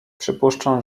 przypuszczam